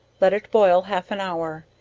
let it boil half an hour,